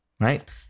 right